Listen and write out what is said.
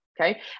Okay